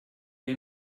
wir